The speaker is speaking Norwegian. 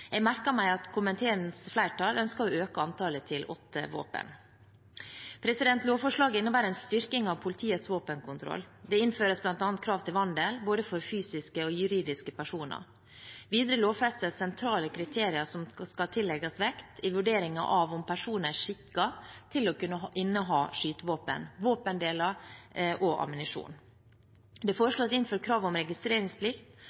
Jeg merker meg at komiteens flertall ønsker å øke antallet til åtte våpen. Lovforslaget innebærer en styrking av politiets våpenkontroll. Det innføres bl.a. krav til vandel både for fysiske og for juridiske personer. Videre lovfestes sentrale kriterier som skal tillegges vekt i vurderingen av om personen er skikket til å kunne inneha skytevåpen, våpendeler og ammunisjon. Det